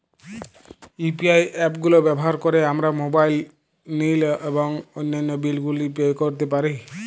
UPI app গুলো ব্যবহার করে আমরা মোবাইল নিল এবং অন্যান্য বিল গুলি পে করতে পারি